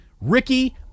Ricky